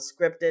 scripted